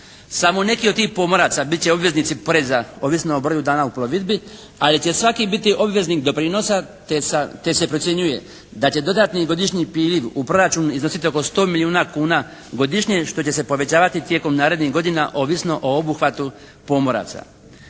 Samo neki od tih pomoraca bit će obveznici poreza ovisno o broju dana u plovidbi, ali će svaki biti obveznik doprinosa te se procjenjuje da će dodatni godišnji priliv u proračunu iznositi oko sto milijuna kuna godišnje što će se povećavati tijekom narednih godina ovisno o obuhvatu pomoraca.